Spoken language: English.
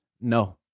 No